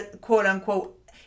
quote-unquote